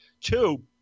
Two –